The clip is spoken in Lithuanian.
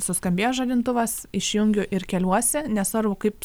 suskambėjo žadintuvas išjungiu ir keliuosi nesvarbu kaip